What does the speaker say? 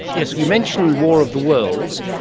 yes, you mentioned war of the worlds,